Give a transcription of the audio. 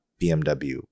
BMW